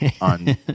on